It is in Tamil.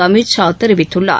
அமித் ஷா தெரிவித்துள்ளார்